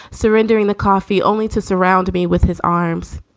surrendering the coffee, only to surround me with his arms.